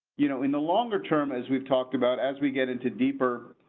you know, in the longer term, as we've talked about, as we get into deeper.